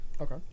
Okay